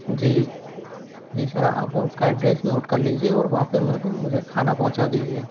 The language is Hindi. जी जी सर आप वो उसका एड्रैस नोट कर लीजिए और वहाँ पे मेरे को मुझे खाना पहुँचा दीजिये